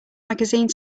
magazine